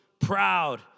proud